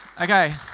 Okay